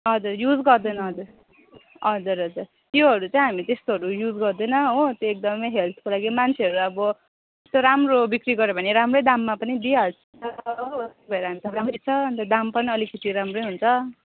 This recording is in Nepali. हजुर युज गर्दैन हजुर हजुर हजुर त्योहरू चाहिँ हामी त्यस्तोहरू युज गर्दैन हो त्यो एकदमै हेल्थको लागि मान्छेहरू अब राम्रो बिक्री गऱ्यो भने राम्रै दाममा पनि दिइहाल्छु अन्त दाम पनि अलिकति राम्रै हुन्छ